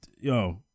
yo